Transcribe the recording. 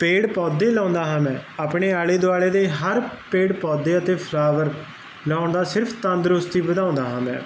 ਪੇੜ ਪੌਦੇ ਲਾਉਂਦਾ ਹਾਂ ਮੈਂ ਆਪਣੇ ਆਲੇ ਦੁਆਲੇ ਦੇ ਹਰ ਪੇੜ ਪੌਦੇ ਅਤੇ ਫਲਾਵਰ ਲਾਉਣ ਦਾ ਸਿਰਫ ਤੰਦਰੁਸਤੀ ਵਧਾਉਂਦਾ ਹਾਂ ਮੈਂ